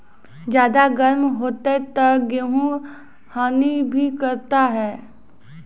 ज्यादा गर्म होते ता गेहूँ हनी भी करता है?